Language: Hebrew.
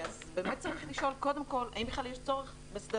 באמת צריך לשאול קודם כל האם בכלל יש צורך בשדה